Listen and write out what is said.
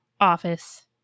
office